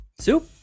soup